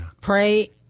pray